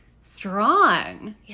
strong